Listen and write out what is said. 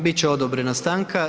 Bit će odobrena stanka.